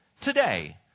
today